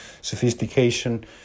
sophistication